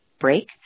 break